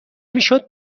میشد